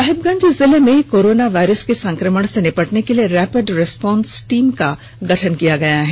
साहिबगंज जिले में corona virus के संक्रमण से निपटने के लिए रैपिड रेस्पॉन्स टीम का गठन किया गया है